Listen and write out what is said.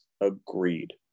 Agreed